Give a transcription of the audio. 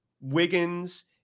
Wiggins